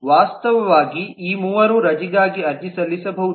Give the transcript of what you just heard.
ವಾಸ್ತವವಾಗಿ ಈ ಮೂವರೂ ರಜೆಗಾಗಿ ಅರ್ಜಿ ಸಲ್ಲಿಸಬಹುದು